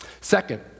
Second